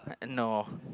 no